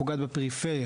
פוגעת בפריפריה,